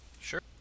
Sure